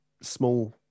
small